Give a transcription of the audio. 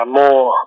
more